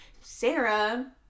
Sarah